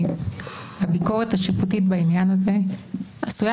הביקורת השיפוטית בעניין הזה עשויה